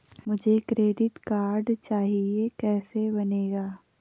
मुझे credit card चाहिए कैसे बनेगा?